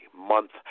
month